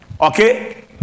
Okay